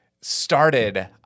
started